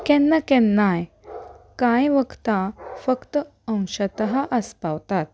केन्ना केन्नाय कांय वखदां फक्त अंशतहा आसपावतात